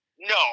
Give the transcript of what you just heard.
No